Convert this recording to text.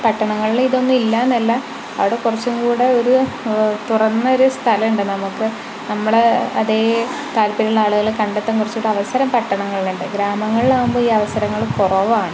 പട്ടണങ്ങളിൽ ഇതൊന്നും ഇല്ലാന്ന് അല്ല അവിടെ കുറച്ചുംകൂടെ ഒരു തുറന്നൊരു സ്ഥലമുണ്ട് നമുക്ക് നമ്മുടെ അതേ താല്പര്യമുള്ള ആളുകളെ കണ്ടെത്താൻ കുറച്ച് അവസരം പട്ടണങ്ങളിലുണ്ട് ഗ്രാമങ്ങളാവുമ്പോൾ ഈ അവസരങ്ങൾ കുറവാണ്